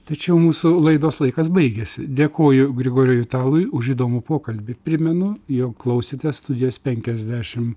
tačiau mūsų laidos laikas baigiasi dėkoju grigoriui italui už įdomų pokalbį primenu jog klausėtes studijos penkiasdešimt